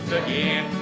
again